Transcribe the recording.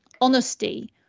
honesty